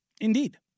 Indeed